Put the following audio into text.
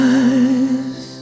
eyes